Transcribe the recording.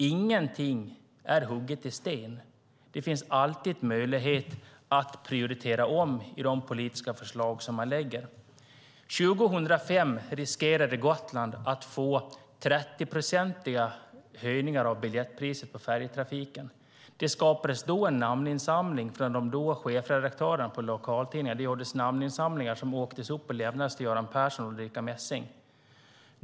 Ingenting är hugget i sten. Det finns alltid möjlighet att prioritera om bland de politiska förslag som läggs fram. År 2005 riskerade Gotland att få 30-procentiga höjningar av biljettpriserna för färjetrafiken. Då gjordes det namninsamlingar av dåvarande chefredaktören för lokaltidningen. Dessa lämnades till Göran Persson och Ulrica Messing.